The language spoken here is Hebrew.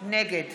נגד